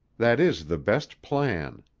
that is the best plan.